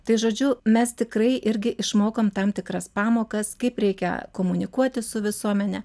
tai žodžiu mes tikrai irgi išmokom tam tikras pamokas kaip reikia komunikuoti su visuomene